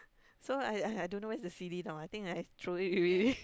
so I I I don't know where's the C_D now I think I throw it away already